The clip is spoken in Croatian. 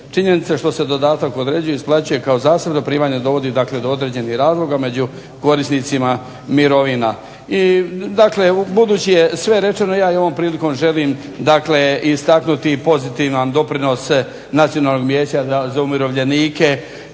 Činjenica što se dodatak određuje, isplaćuje kao zasebno primanje, dovodi dakle do određenih razloga među korisnicima mirovina. I dakle, budući je sve rečeno ja i ovom prilikom želim, dakle istaknuti i pozitivan doprinos Nacionalnog vijeća za umirovljenike